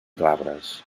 glabres